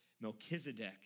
Melchizedek